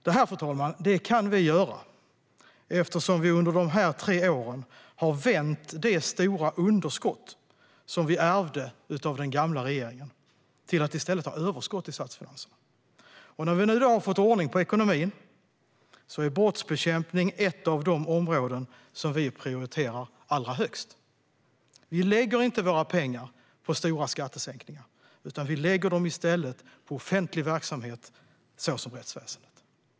Det här, fru talman, kan vi göra eftersom vi under de här tre åren har vänt det stora underskott som vi ärvde av den gamla regeringen till ett överskott i statsfinanserna. När vi nu har fått ordning på ekonomin är brottsbekämpning ett av de områden som vi prioriterar allra högst. Vi lägger inte våra pengar på stora skattesänkningar. Vi lägger dem i stället på offentlig verksamhet såsom rättsväsendet.